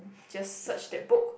just search that book